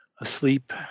asleep